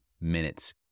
minutes